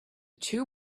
tube